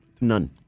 None